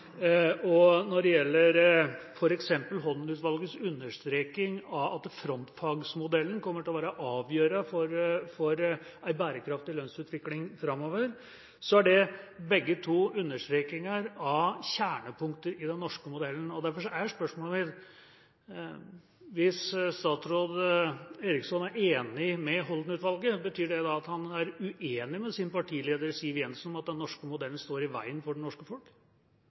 og når det gjelder Holden-utvalgets understreking av at frontfagsmodellen kommer til å være avgjørende for en bærekraftig lønnsutvikling framover, så er begge to understrekinger av kjernepunkter i den norske modellen. Derfor er spørsmålet mitt: Hvis statsråd Eriksson er enig med Holden-utvalget, betyr det da at han er uenig med sin partileder Siv Jensen om at den norske modellen står i veien for det norske folk?